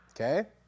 Okay